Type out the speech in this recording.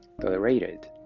tolerated